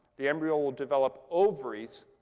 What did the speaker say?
the embryo will develop ovaries,